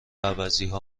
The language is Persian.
عوضیها